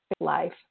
Life